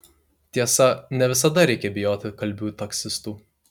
tiesa ne visada reikia bijoti kalbių taksistų